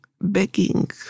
begging